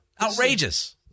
Outrageous